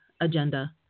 agenda